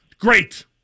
Great